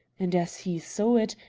and, as he saw it,